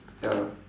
ya